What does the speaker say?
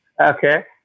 Okay